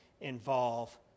involve